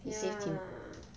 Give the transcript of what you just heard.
ya